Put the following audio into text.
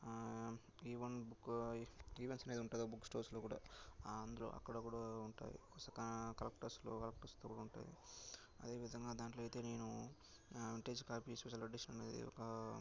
even book events మీద ఉంటుంది ఒక బుక్ స్టోర్స్లో కూడా అందులో అక్కడ కూడా ఉంటుంది కలెక్టస్లో కలెక్టస్లో కూడా ఉంటాయి అదేవిధంగా దాంట్లో అయితే నేను వింటేజ్ కాపీ స్పెషల్ ఎడిషన్ అనేది ఒక